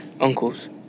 uncles